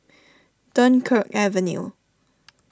Dunkirk Avenue